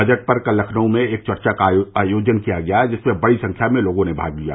budget पर कल लखनऊ में एक चर्चा का आयोजन किया गया जिसमें बड़ी संख्या में लोगो ने भाग लिया